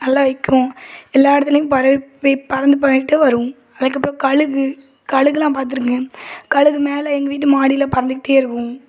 நல்ல வைக்கும் எல்லா இடத்துலையும் பரவி பறந்து போயிட்டு வரும் அதுக்கப்புறம் கழுகு கழுகுலாம் பார்த்துருக்கேன் கழுகு மேலே எங்கள் வீட்டு மாடியில் பறந்துக்கிட்டே இருக்கும்